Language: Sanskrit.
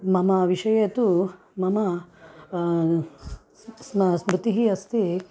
मम विषये तु मम स् स्म स्मृतिः अस्ति